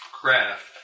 Craft